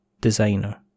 designer